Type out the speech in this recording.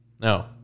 No